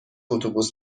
اتوبوس